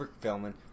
filming